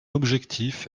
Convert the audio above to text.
objectif